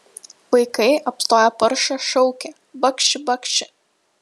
vaikai apstoję paršą šaukia bakši bakši